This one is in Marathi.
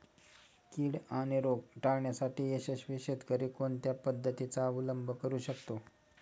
कीड आणि रोग टाळण्यासाठी यशस्वी शेतकरी कोणत्या पद्धतींचा अवलंब करू शकतो?